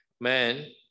man